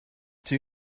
two